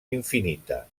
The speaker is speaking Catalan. infinita